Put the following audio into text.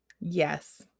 yes